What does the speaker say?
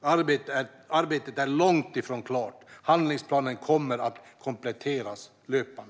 Arbetet är långt ifrån klart. Handlingsplanen kommer att kompletteras löpande.